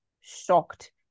shocked